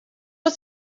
was